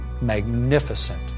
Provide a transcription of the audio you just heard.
magnificent